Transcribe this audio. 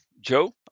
Joe